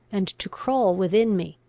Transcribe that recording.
and to crawl within me.